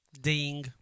Ding